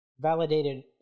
validated